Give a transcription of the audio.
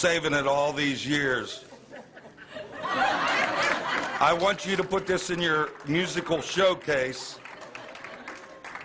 saving it all these years i want you to put this in your musical showcase